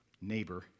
neighbor